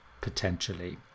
potentially